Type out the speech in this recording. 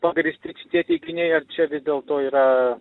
pagrįsti šitie teiginiai ar čia vis dėlto yra